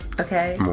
okay